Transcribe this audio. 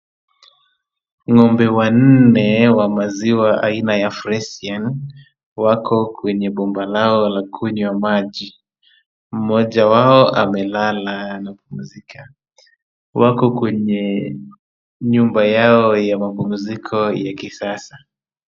Ng'ombe wanne wa maziwa aina ya fresian , wako kwenye bomba lao la kunywa maji. Mmoja wao amelala anapumzika. Wako kwenye nyumba yao ya mapumziko ya kisasa.